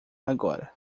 agora